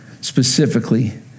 specifically